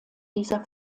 dieser